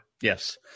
Yes